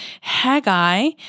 Haggai